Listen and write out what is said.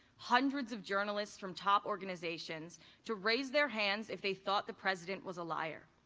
hundreds of journalists from top organizations to raise their hands if they thought the president was a liar.